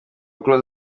close